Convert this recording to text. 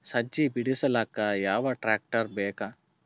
ಸಜ್ಜಿ ಬಿಡಿಸಿಲಕ ಯಾವ ಟ್ರಾಕ್ಟರ್ ಬೇಕ?